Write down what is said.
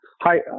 hi